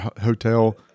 hotel